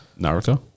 Naruto